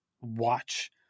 watch